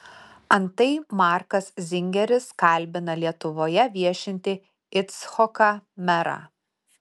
antai markas zingeris kalbina lietuvoje viešintį icchoką merą